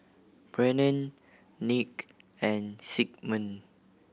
Brennen Nick and Sigmund